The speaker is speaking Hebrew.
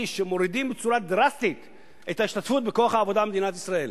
שמורידה בצורה דרסטית את ההשתתפות בכוח העבודה במדינת ישראל.